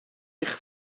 eich